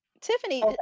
Tiffany